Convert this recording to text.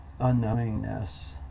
unknowingness